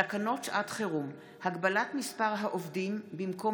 תקנות שעת חירום (הגבלת מספר העובדים במקום